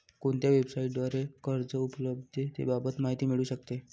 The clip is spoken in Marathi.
कोणत्या वेबसाईटद्वारे कर्ज उपलब्धतेबाबत माहिती मिळू शकते?